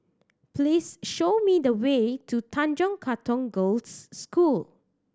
please show me the way to Tanjong Katong Girls' School